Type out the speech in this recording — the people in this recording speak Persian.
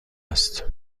است